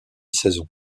saisons